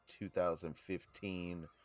2015